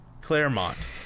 Claremont